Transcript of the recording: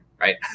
Right